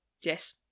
Yes